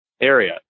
area